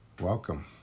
welcome